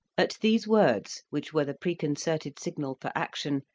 at these words, which were the preconcerted signal for action,